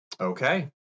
Okay